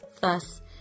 Thus